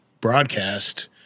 broadcast